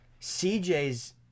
CJ's